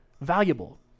valuable